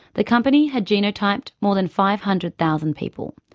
the company had genotyped more than five hundred thousand people,